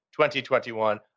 2021